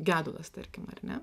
gedulas tarkim ar ne